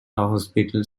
hospital